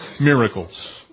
miracles